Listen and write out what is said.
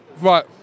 Right